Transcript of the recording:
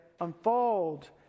unfold